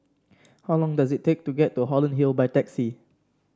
how long does it take to get to Holland Hill by taxi